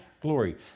glory